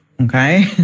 Okay